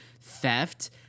theft